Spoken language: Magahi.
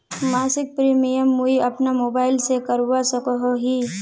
मासिक प्रीमियम मुई अपना मोबाईल से करवा सकोहो ही?